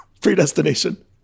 predestination